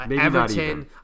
Everton